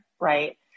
right